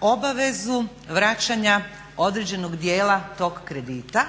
obavezu vraćanja određenog dijela tog kredita.